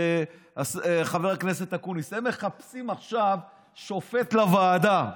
חבר הכנסת אקוניס, הם מחפשים עכשיו שופט לוועדה.